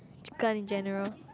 chicken in general